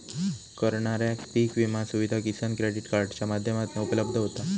करणाऱ्याक पीक विमा सुविधा किसान क्रेडीट कार्डाच्या माध्यमातना उपलब्ध होता